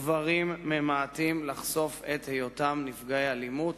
גברים ממעטים לחשוף את היותם נפגעי אלימות